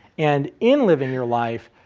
and in living your life,